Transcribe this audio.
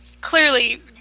clearly